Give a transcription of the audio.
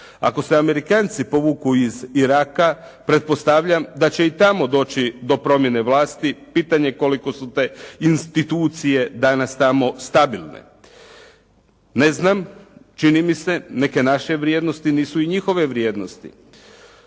Ako se Amerikanci povuku iz Iraka pretpostavljam da će i tamo doći do promjene vlasti, pitanje koliko su te institucije danas tamo stabilne. Ne znam, čini mi se, neke naše vrijednosti nisu i njihove vrijednosti.